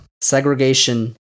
segregation